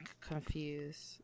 confused